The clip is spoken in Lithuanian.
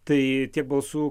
tai tiek balsų